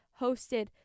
hosted